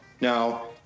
Now